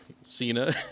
Cena